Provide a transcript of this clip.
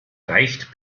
reicht